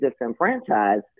disenfranchised